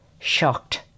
shocked